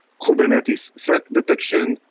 kubernetes, threat detection,